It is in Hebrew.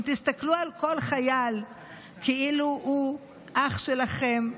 אם תסתכלו על כל חייל כאילו הוא אח שלכן,